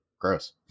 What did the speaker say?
Gross